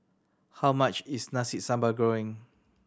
how much is Nasi Sambal Goreng